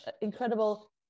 incredible